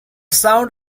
sound